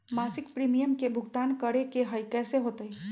मासिक प्रीमियम के भुगतान करे के हई कैसे होतई?